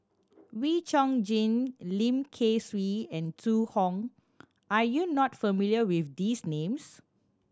Wee Chong Jin Lim Kay Siu and Zhu Hong are you not familiar with these names